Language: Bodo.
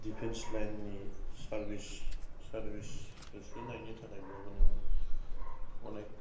डिफेनस लाइननि सारभिस सारभिस होसोनायनि थाखायब्लाबो नोङो अनेख